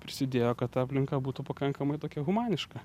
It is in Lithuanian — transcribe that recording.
prisidėjo kad ta aplinka būtų pakankamai tokia humaniška